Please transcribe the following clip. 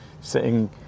sitting